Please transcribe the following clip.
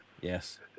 yes